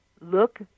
look